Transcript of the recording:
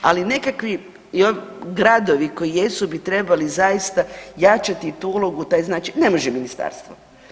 Ali nekakvi gradovi koji jesu bi trebali zaista jačati tu ulogu, to znači ne može ministarstvo.